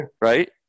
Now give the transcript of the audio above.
right